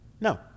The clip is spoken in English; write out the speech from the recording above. No